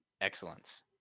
excellence